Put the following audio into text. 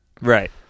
Right